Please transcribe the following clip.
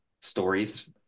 stories